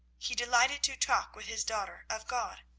he delighted to talk with his daughter of god,